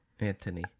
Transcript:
anthony